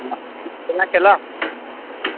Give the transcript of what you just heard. राखेँ ल